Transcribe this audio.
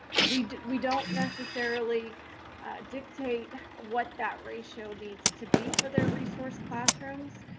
we we don't necessarily dictate what that ratio needs to be for their resource classrooms,